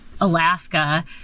Alaska